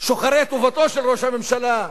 שוחרי טובתו של ראש הממשלה,